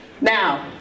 Now